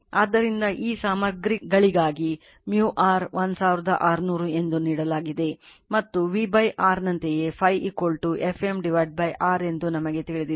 ಆದ್ದರಿಂದ ಈ ಸಾಮಗ್ರಿಗಳಿಗಾಗಿ µr 1600 ಎಂದು ನೀಡಲಾಗಿದೆ ಮತ್ತು V R ನಂತೆಯೇ Φ F m R ಎಂದು ನಮಗೆ ತಿಳಿದಿದೆ